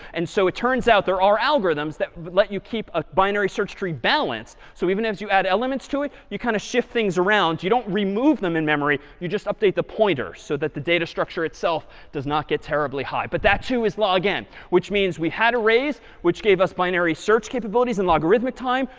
and so it turns out there are algorithms that let you keep a binary search tree balanced. so even as you add elements to it, you kind of shift things around. you don't remove them in memory. you just update the pointer, so that the data structure itself does not get terribly high. but that too is log n, which means we had arrays, which gave us binary search capabilities in logarithmic time.